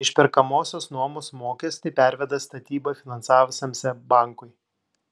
išperkamosios nuomos mokestį perveda statybą finansavusiam seb bankui